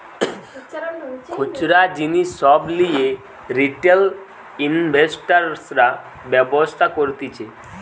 খুচরা জিনিস সব লিয়ে রিটেল ইনভেস্টর্সরা ব্যবসা করতিছে